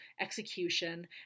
execution